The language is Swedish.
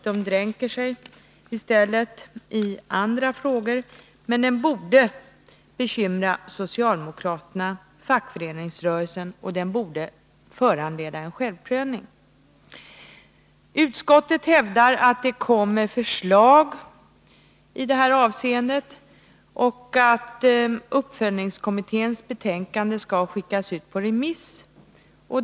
De dränker sig i andra frågor. Men den borde bekymra socialdemokraterna och fackföreningsrörelsen, och den borde föranleda en självprövning. Utskottet hävdar att det kommer förslag i detta avseende och att uppföljningskommitténs betänkande skall skickas ut på remiss.